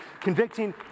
convicting